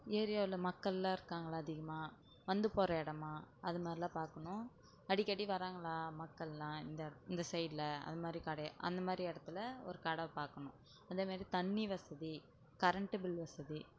ஏரியாவில் மக்களெலாம் இருக்காங்களா அதிகமாக வந்து போகிற இடமா அதுமாதிரிலாம் பார்க்கணும் அடிக்கடி வராங்களா மக்களெலாம் இந்த இந்த சைடில் அதுமாதிரி கடை அந்தமாதிரி இடத்துல ஒரு கடை பார்க்கணும் அந்தமாரி தண்ணி வசதி கரண்ட்டு பில் வசதி